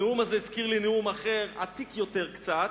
הנאום הזה הזכיר לי נאום אחר, עתיק קצת יותר,